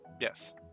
Yes